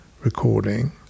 recording